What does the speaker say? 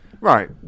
Right